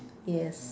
yes